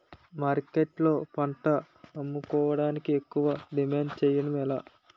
మార్కెట్లో పంట అమ్ముకోడానికి ఎక్కువ డిమాండ్ చేయడం ఎలా?